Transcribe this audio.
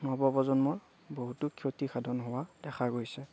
নৱ প্ৰজন্মৰ বহুতো ক্ষতিসাধন হোৱা দেখা গৈছে